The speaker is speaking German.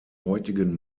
heutigen